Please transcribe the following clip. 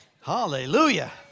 Hallelujah